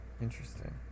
interesting